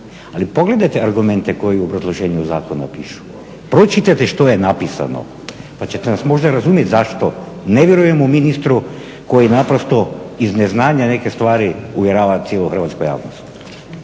Ali, pogledajte argumente koji u obrazloženju zakona pišu pročitate što je napisano pa ćete nas možda razumjeti zašto ne vjerujemo ministru koji naprosto iz neznanja neke stvari uvjeravati u hrvatsku javnost.